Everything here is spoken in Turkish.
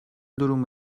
durumu